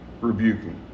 rebuking